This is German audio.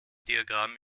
diagramm